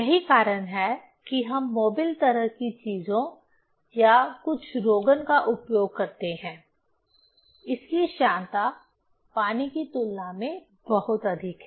यही कारण है कि हम मोबिल तरह की चीजों या कुछ रोगन का उपयोग करते हैं इसकी श्यानता पानी की तुलना में बहुत अधिक है